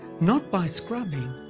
not by scrubbing,